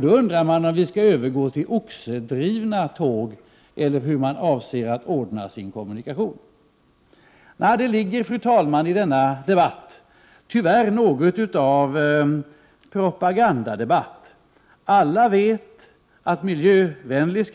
Då undrar man om vi skall övergå till tåg drivna med oxar, eller hur avser man att ordna kommunikationen? Fru talman! Denna debatt har tyvärr blivit något av en propagandadebatt. Alla vet att man skall vara miljövänlig,